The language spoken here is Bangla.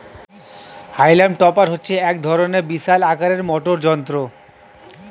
হাইলাম টপার হচ্ছে এক রকমের বিশাল আকারের মোটর যন্ত্র